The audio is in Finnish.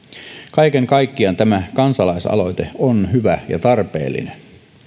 kaiken kaikkiaan tämä kansalaisaloite on hyvä ja tarpeellinen